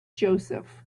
joseph